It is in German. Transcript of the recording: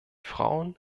frauen